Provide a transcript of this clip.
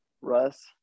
Russ